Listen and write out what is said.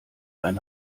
ein